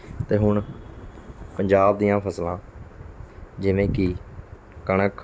ਅਤੇ ਹੁਣ ਪੰਜਾਬ ਦੀਆਂ ਫਸਲਾਂ ਜਿਵੇਂ ਕਿ ਕਣਕ